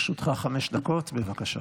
לרשותך חמש דקות, בבקשה.